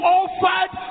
offered